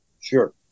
Sure